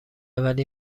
ولی